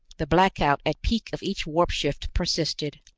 the blackout at peak of each warp-shift persisted.